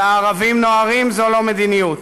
ו"הערבים נוהרים" זו לא מדיניות.